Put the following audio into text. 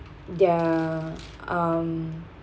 their um